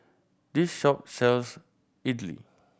this shop sells idly